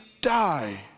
die